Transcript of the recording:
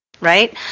right